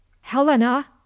Helena